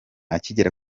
akigera